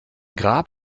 grab